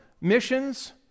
missions